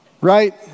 right